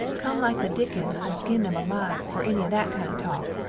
come like the dickens or skin them alive or enny of that kind of talk.